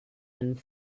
and